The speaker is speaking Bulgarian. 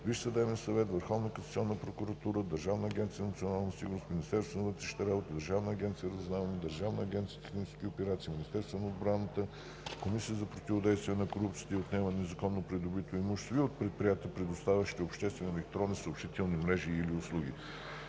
Висшия съдебен съвет, Върховната касационна прокуратура, Държавната агенция „Национална сигурност“, Министерството на вътрешните работи, Държавната агенция „Разузнаване“, Държавната агенция „Технически операции“, Министерството на отбраната, Комисията за противодействие на корупцията и за отнемане на незаконно придобитото имущество и от предприятията, предоставящи обществени електронни съобщителни мрежи и/или услуги.